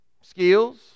Skills